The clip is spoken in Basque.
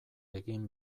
egin